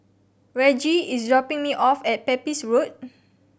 Reggie is dropping me off at Pepys Road